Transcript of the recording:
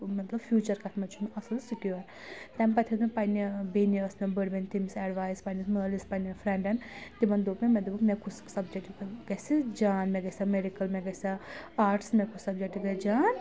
مطلب فیوٗچر کَتھ منٛز چھُ مےٚ اَصٕل سِکِیوٗر تَمہِ پَتہٕ ہیوٚت مےٚ پننہِ بیٚنہِ ٲس مےٚ بٔڑ بَیٚنہِ تٔمِس ایٚڈوایِس پنٛنِس مٲلِس پنٛنؠن فرِیٚنڈَن تِمَن دوٚپ مےٚ مےٚ دوٚپ مےٚ کُس سَبجَکٹ گژھِ جان مےٚ گژھِ ہا میڈِکل مےٚ گژھِ ہا آرٹٕس مےٚ کُس سَبجَکٹ گژھِ جان